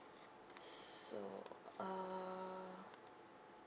so uh